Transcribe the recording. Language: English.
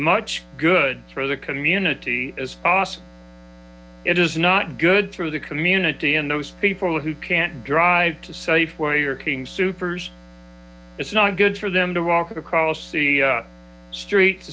much good through the community as possible it is not good through the community and those people who can't drive to safeway or king supers it's not good for them to walk across the street to